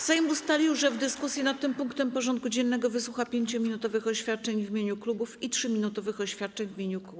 Sejm ustalił, że w dyskusji nad tym punktem porządku dziennego wysłucha 5-minutowych oświadczeń w imieniu klubów i 3-minutowych oświadczeń w imieniu kół.